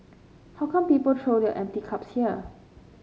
how come people throw their empty cups here